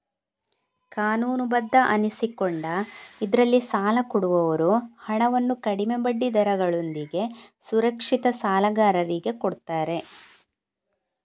ಕಾನೂನುಬದ್ಧ ಅನಿಸಿಕೊಂಡ ಇದ್ರಲ್ಲಿ ಸಾಲ ಕೊಡುವವರು ಹಣವನ್ನು ಕಡಿಮೆ ಬಡ್ಡಿ ದರಗಳೊಂದಿಗೆ ಸುರಕ್ಷಿತ ಸಾಲಗಾರರಿಗೆ ಕೊಡ್ತಾರೆ